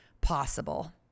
possible